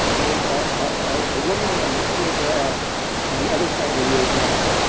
i mean, a woman in a maquiadora on the other side of the rio grande,